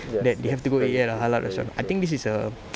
that they have to go eat at a halal restaurant I think this is a